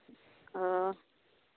ᱚᱸᱻ